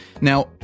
Now